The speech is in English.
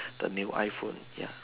the new iPhone ya